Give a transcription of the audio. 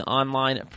online